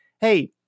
hey